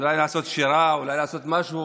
אולי לעשות שירה, אולי לעשות משהו,